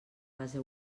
base